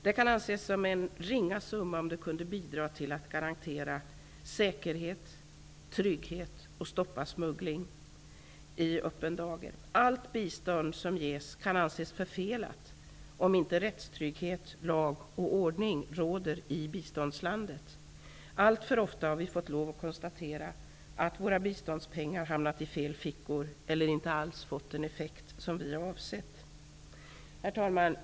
Det kan anses som en ringa summa, om det kunde bidra till att garantera rättssäkerhet och trygghet samt stoppa smuggling i öppen dager. Allt bistånd som ges kan anses förfelat om inte rättstrygghet -- lag och ordning -- råder i biståndslandet. Alltför ofta har vi fått lov att konstatera att våra biståndspengar hamnat i fel fickor eller inte alls fått den effekt som vi har avsett. Herr talman!